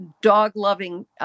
dog-loving